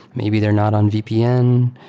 maybe they're not on vpn.